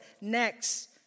Next